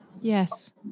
Yes